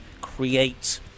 create